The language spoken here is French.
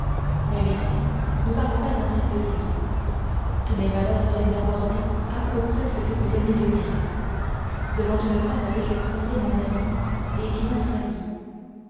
même ici ne parlons pas ainsi de lui tous mes malheurs viennent d'avoir dit à peu près ce que vous venez de dire devant une femme que je croyais mon amie et qui m'a trahie